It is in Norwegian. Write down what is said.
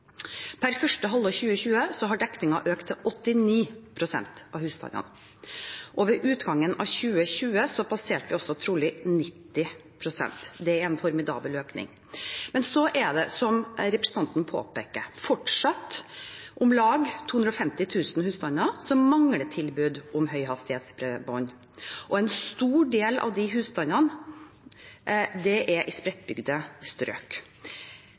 Per første halvår 2020 har dekningen økt til 89 pst. av husstandene, og ved utgangen av 2020 passerte vi trolig 90 pst. Det er en formidabel økning. Men så er det, som representanten påpeker, fortsatt om lag 250 000 husstander som mangler tilbud om høyhastighetsbredbånd. En stor del av de husstandene er i spredtbygde strøk.